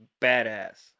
badass